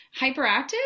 Hyperactive